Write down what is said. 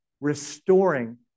restoring